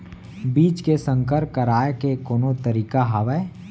बीज के संकर कराय के कोनो तरीका हावय?